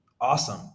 awesome